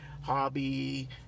Hobby